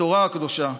התורה הקדושה,